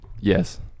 Yes